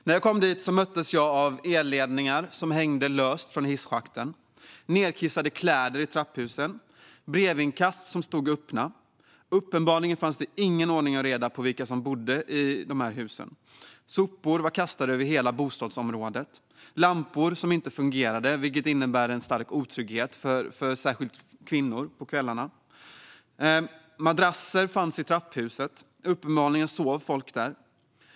När jag kom dit möttes jag av elledningar som hängde löst från hisschakten, nedkissade kläder i trapphusen, brevinkast som stod öppna - det var uppenbarligen ingen ordning och reda på vilka som bodde i husen -, sopor kastade över hela bostadsområdet och lampor som inte fungerade, vilket innebär en stark otrygghet på kvällarna särskilt för kvinnor. Det låg madrasser i trapphusen - uppenbarligen sov folk där.